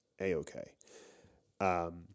A-okay